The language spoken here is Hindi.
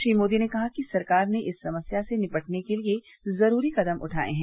श्री मोदी ने कहा कि सरकार ने इस समस्या से निपटने के लिए जरूरी कदम उठाये हैं